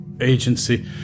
agency